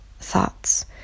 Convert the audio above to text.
thoughts